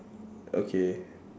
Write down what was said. okay